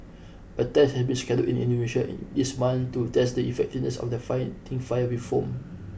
a test has been scheduled in Indonesia this month to test the effectiveness of the fighting fire with foam